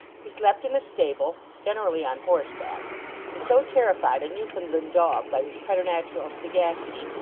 he slept in a stable generally on horseback and so terrified a newfoundland dog by his preternatural sagacity,